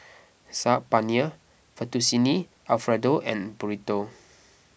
Saag Paneer Fettuccine Alfredo and Burrito